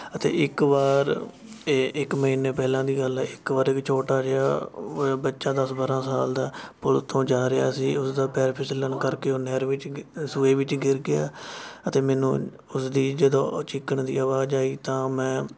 ਅਤੇ ਇੱਕ ਵਾਰ ਇਹ ਇੱਕ ਮਹੀਨੇ ਪਹਿਲਾਂ ਦੀ ਗੱਲ ਹੈ ਇੱਕ ਵਾਰ ਛੋਟਾ ਜਿਹਾ ਬੱਚਾ ਦਸ ਬਾਰ੍ਹਾਂ ਸਾਲ ਦਾ ਪੁਲ ਉਥੋਂ ਜਾ ਰਿਹਾ ਸੀ ਉਸਦਾ ਪੈਰ ਫਿਸਲਨ ਕਰਕੇ ਉਹ ਨਹਿਰ ਵਿੱਚ ਸੂਏ ਵਿੱਚ ਗਿਰ ਗਿਆ ਅਤੇ ਮੈਨੂੰ ਉਸਦੀ ਜਦੋਂ ਚੀਕਣ ਦੀ ਆਵਾਜ਼ ਆਈ ਤਾਂ ਮੈਂ